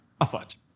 afoot